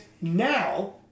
now